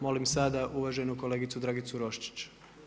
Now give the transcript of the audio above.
Molim sada uvaženu kolegicu Dragicu Roščić.